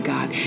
God